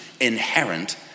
inherent